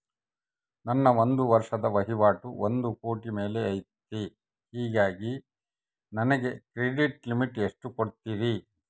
ನನ್ನ ಒಂದು ವರ್ಷದ ವಹಿವಾಟು ಒಂದು ಕೋಟಿ ಮೇಲೆ ಐತೆ ಹೇಗಾಗಿ ನನಗೆ ಕ್ರೆಡಿಟ್ ಲಿಮಿಟ್ ಎಷ್ಟು ಕೊಡ್ತೇರಿ?